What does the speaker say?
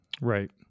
Right